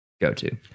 go-to